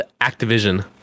Activision